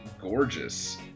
gorgeous